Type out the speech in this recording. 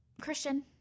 Christian –